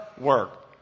work